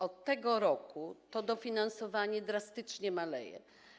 Od tego roku to dofinansowanie drastycznie maleje.